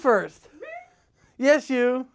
first yes you